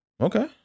Okay